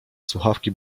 słuchawki